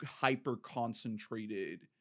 hyper-concentrated